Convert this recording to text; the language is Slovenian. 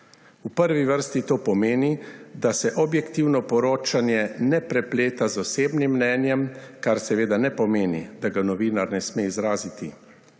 V prvi vrsti to pomeni, da se objektivno poročanje ne prepleta z osebnim mnenjem, kar seveda ne pomeni, da ga novinar ne sme izraziti.